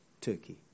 turkey